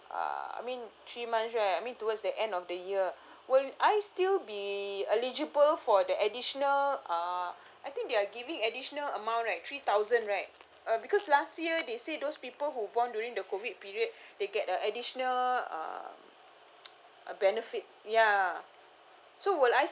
uh I mean three months right I mean towards the end of the year would I still be eligible for the additional uh I think they're give additional amount like three thousand right uh because last year they say those people who born during the COVID period they get a additional uh uh benefit ya so would I